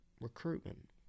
recruitment